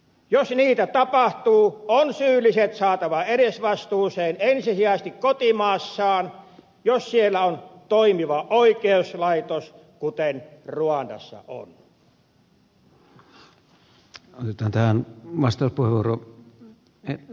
jos niitä tapahtuu on syylliset saatava edesvastuuseen ensisijaisesti kotimaassaan jos siellä on toimiva oikeuslaitos kuten ruandassa on